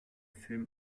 film